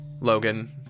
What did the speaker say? Logan